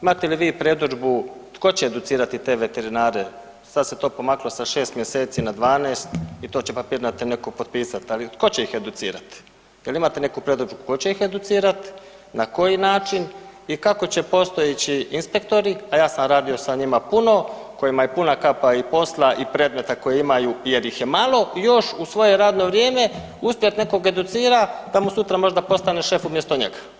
Imate li vi predodžbu tko će educirati te veterinare, sad se to pomaklo sa 6. mjeseci na 12. i to će papirnato netko potpisat, ali tko će ih educirati, jel imate neku predodžbu tko će ih educirat, na koji način i kako će postojeći inspektori, a ja sam radio sa njima puno kojima je puna kapa i posla i predmeta koje imaju jer ih je malo, još uz svoje radno vrijeme uspjet nekog educirat da mu sutra možda postane šef umjesto njega?